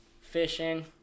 fishing